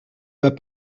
vas